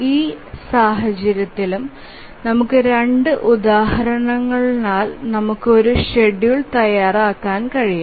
ഒരു സാഹചര്യത്തിലും നമുക്ക് 2 ഉദാഹരണങ്ങളുള്ളതിനാൽ നമുക്ക് ഒരു ഷെഡ്യൂൾ തയ്യാറാക്കാൻ കഴിയും